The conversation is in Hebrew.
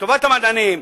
לטובת המדענים,